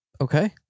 Okay